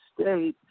State